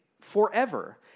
forever